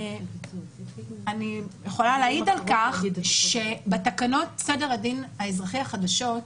ואני יכולה להעיד על כך שבתקנות סדר הדין האזרחי החדשות,